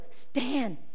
stand